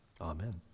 Amen